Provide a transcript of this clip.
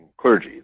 clergy